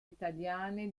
italiane